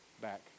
back